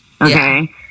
Okay